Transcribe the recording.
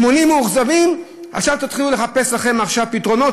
80 מאוכזבים, עכשיו תתחילו לחפש לכם פתרונות.